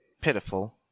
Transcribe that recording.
Pitiful